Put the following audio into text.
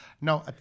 No